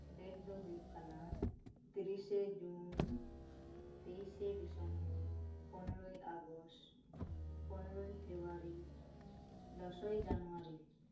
date ᱫᱚ ᱦᱳᱭᱳᱜ ᱠᱟᱱᱟ ᱛᱤᱨᱤᱥᱮ ᱡᱩᱱ ᱛᱮᱭᱤᱥᱮ ᱰᱤᱥᱮᱢᱵᱚᱨ ᱯᱚᱱᱮᱨᱚᱭ ᱟᱜᱚᱥᱴ ᱯᱚᱱᱮᱨᱚᱭ ᱯᱷᱮᱵᱽᱵᱨᱩᱣᱟᱨᱤ ᱫᱚᱥᱚᱭ ᱡᱟᱱᱩᱣᱟᱨᱤ